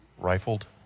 Rifled